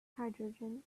hydrogen